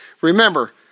remember